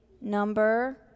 number